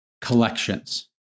collections